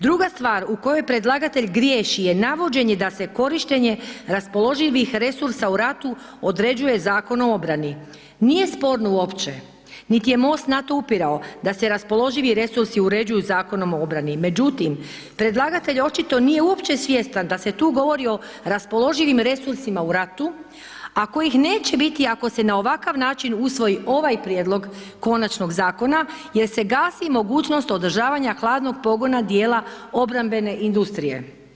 Druga stvar u kojoj predlagatelj griješi je navođenje da se korištenje raspoloživih resursa u ratu određuje Zakonom o obrani, nije sporno uopće niti je MOST na to upirao da se raspoloživi resursi uređuju Zakonom o obrani, međutim predlagatelj očito nije uopće svjestan da se tu govori o raspoloživim resursima u ratu, a kojih neće biti ako se na ovakav način usvoji ovaj prijedlog konačnog zakona jer se gasi mogućnost održavanja hladnog pogona dijela obrambene industrije.